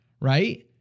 Right